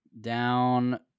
Down